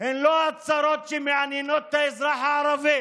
הן לא הצרות שמעניינות את האזרח הערבי.